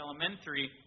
Elementary